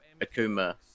akuma